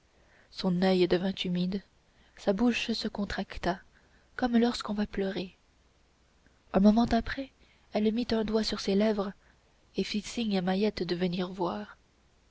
son oeil devint humide sa bouche se contracta comme lorsqu'on va pleurer un moment après elle mit un doigt sur ses lèvres et fit signe à mahiette de venir voir